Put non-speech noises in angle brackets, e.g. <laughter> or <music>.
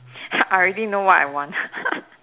<noise> I already know what I want <laughs>